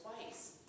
twice